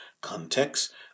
context